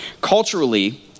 Culturally